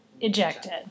Ejected